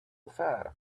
far